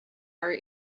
our